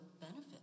benefit